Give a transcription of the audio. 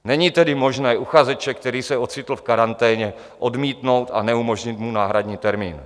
Není tedy možné uchazeče, který se ocitl v karanténě, odmítnout a neumožnit mu náhradní termín.